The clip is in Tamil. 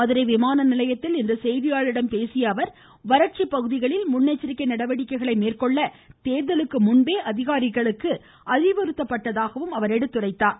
மதுரை விமான நிலையத்தில் இன்று செய்தியாளரிடம் பேசிய அவர் வறட்சி பகுதிகளில் முன்னெச்சரிக்கை நடவடிக்கைகளை மேற்கொள்ள தேர்தலுக்கு முன்பே அதிகாரிகளுக்கு அறிவுறுத்தப்பட்டுள்ளதாகவும் எடுத்துரைத்தார்